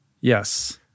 Yes